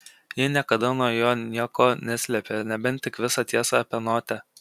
ji niekada nuo jo nieko neslėpė nebent tik visą tiesą apie notę